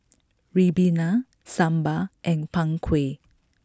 Ribena Sambal and Png Kueh